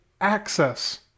access